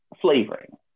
flavoring